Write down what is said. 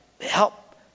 help